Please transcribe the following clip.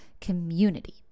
community